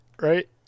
right